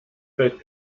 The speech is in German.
fällt